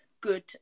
good